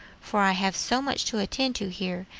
for i have so much to attend to here,